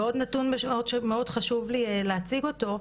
ועוד נתון שמאוד חשוב לי להציג אותו,